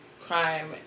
crime